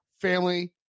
family